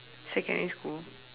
secondary school